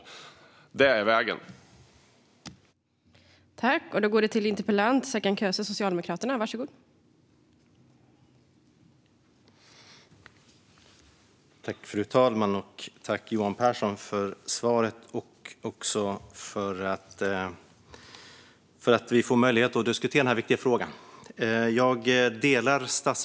Det är vägen.